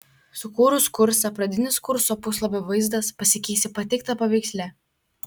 sukūrus kursą pradinis kurso puslapio vaizdas pasikeis į pateiktą paveiksle